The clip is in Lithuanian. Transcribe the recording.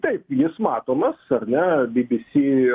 taip jis matomas ar ne bibisi